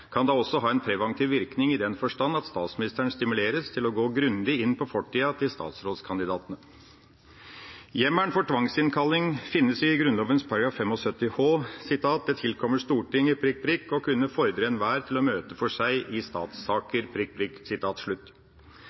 kan også ha en preventiv virkning, i den forstand at statsministeren stimuleres til å gå grundig inn på fortida til statsrådskandidatene. Hjemmelen for tvangsinnkalling finnes i Grunnloven § 75 h: «Det tilkommer Stortinget å kunne fordre enhver til å møte for seg i